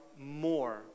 more